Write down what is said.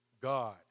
God